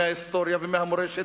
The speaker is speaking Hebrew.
מההיסטוריה ומהמורשת,